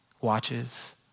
watches